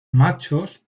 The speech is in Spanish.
machos